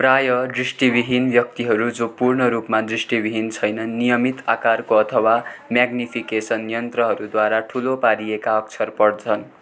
प्रायः दृष्टिविहीन व्यक्तिहरू जो पूर्ण रूपमा दृष्टिविहीन छैनन् नियमित आकारको अथवा म्याग्निफिकेसन यन्त्रहरूद्वारा ठुलो पारिएका अक्षर पढ्छन्